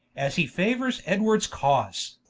as hee fauours edwards cause